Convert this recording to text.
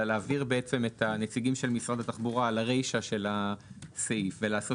להעביר את הנציגים של משרד התחבורה לרישה של הסעיף ולעשות